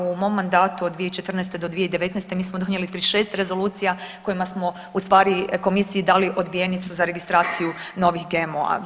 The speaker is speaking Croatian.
U mom mandatu od 2014.-2019. mi smo donijeli 36 rezolucija kojima smo ustvari Komisiji dali odbijenicu za registraciju novih GMO-a.